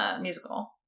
musical